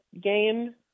game